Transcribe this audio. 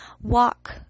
walk